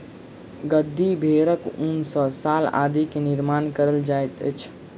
गद्दी भेड़क ऊन सॅ शाल आदि के निर्माण कयल जाइत अछि